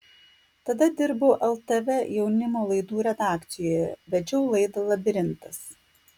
tada dirbau ltv jaunimo laidų redakcijoje vedžiau laidą labirintas